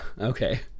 Okay